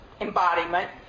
embodiment